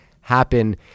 happen